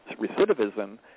recidivism